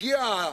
הגיעה